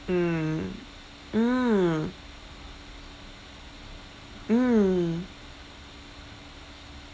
mm mm mm